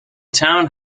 town